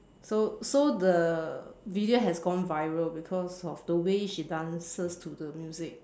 so so the video has gone viral because of the way she dances to the music